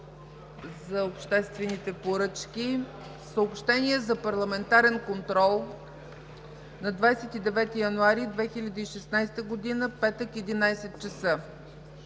за обществените поръчки. Съобщения за Парламентарен контрол на 29 януари 2016 г., петък, 11,00 ч.